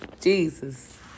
Jesus